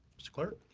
mr. clerk.